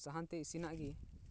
ᱥᱟᱦᱟᱱ ᱛᱮ ᱤᱥᱤᱱᱟᱜ ᱜᱮ